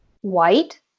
white